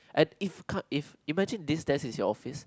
I if can't if imagine there's this is your office